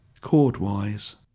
chord-wise